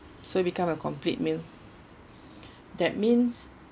so become a complete meal that means